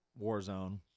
Warzone